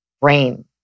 brain